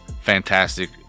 fantastic